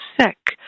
sick